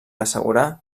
assegurar